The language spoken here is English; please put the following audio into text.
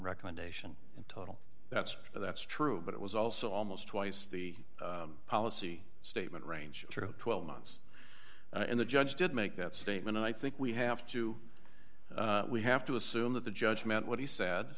recommendation in total that's that's true but it was also almost twice the policy statement range through twelve months and the judge did make that statement and i think we have to we have to assume that the judge meant what he said